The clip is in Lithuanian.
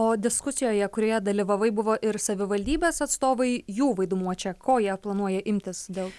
o diskusijoje kurioje dalyvavai buvo ir savivaldybės atstovai jų vaidmuo čia ko jie planuoja imtis dėl